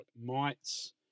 mites